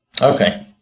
Okay